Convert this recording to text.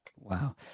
Wow